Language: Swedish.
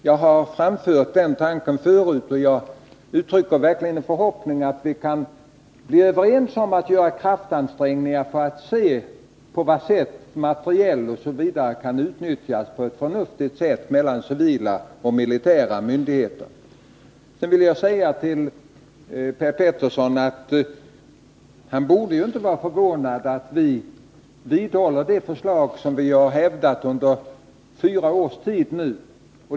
Jag har framfört den tanken förut, och jag uttrycker förhoppningen att vi verkligen kan bli överens om att göra kraftansträngningar för att se hur materiel och annat kan utnyttjas på ett förnuftigt sätt i en samverkan mellan civila och militära myndigheter. Jag vill sedan säga att Per Petersson inte borde vara förvånad över att vi socialdemokrater står fast vid vårt förslag och vidhåller det vi har hävdat under fyra års tid nu.